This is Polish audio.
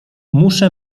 muszę